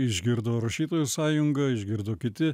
išgirdo rašytojų sąjunga išgirdo kiti